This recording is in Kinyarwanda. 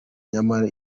nyamara